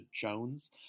Jones